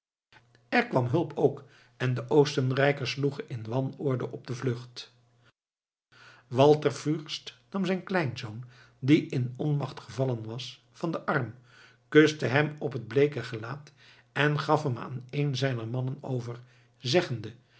er kwam hulp ook en de oostenrijkers sloegen in wanorde op de vlucht walter fürst nam zijn kleinzoon die in onmacht gevallen was van den arm kuste hem op het bleeke gelaat en gaf hem aan een zijner mannen over zeggende